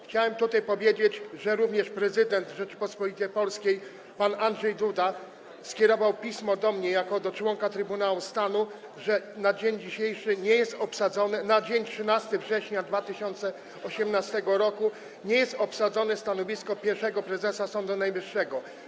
Chciałem tutaj powiedzieć, że również prezydent Rzeczypospolitej Polskiej pan Andrzej Duda skierował pismo do mnie jako do członka Trybunału Stanu, że na dzień dzisiejszy... na dzień 13 września 2018 r. nie jest obsadzone stanowisko pierwszego prezesa Sądu Najwyższego.